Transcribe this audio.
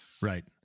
Right